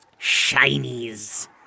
Shinies